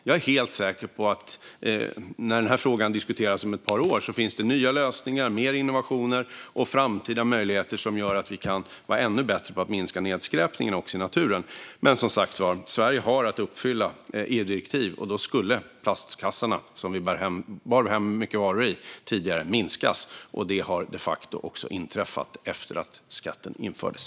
Jag är helt säker på att när den här frågan diskuteras om ett par år finns det nya lösningar, fler innovationer och framtida möjligheter som gör att vi kan vara ännu bättre på att minska nedskräpningen också i naturen. Men Sverige har som sagt att uppfylla EU-direktiv. Antalet plastkassar, som vi tidigare bar hem mycket varor i, skulle minskas, och det har de facto inträffat efter att skatten infördes.